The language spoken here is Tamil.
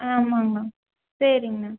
ஆமாம்ங்கண்ணா சரிங்கண்ணா